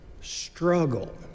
struggle